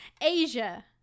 Asia